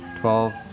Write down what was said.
twelve